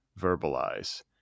verbalize